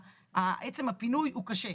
שעצם הפינוי הוא קשה.